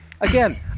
Again